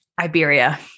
Iberia